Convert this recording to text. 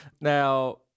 Now